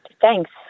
thanks